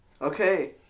Okay